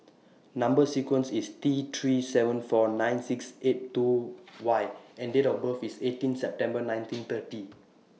Number sequence IS T three seven four nine six eight two Y and Date of birth IS eighteen September nineteen thirty